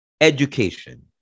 education